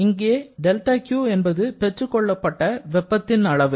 இங்கே δQ என்பது பெற்றுக்கொள்ளப்பட்ட வெப்பத்தின் அளவு